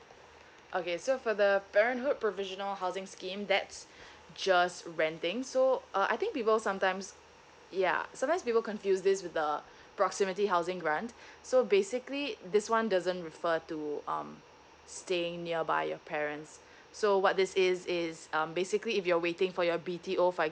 okay so for the parenthood provisional housing scheme that's just renting so uh I think people sometimes yeah sometimes people confuse this with the proximity housing grant so basically this one doesn't refer to um staying nearby your parents so what this is is um basically if you're waiting for your B_T_O for